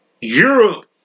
Europe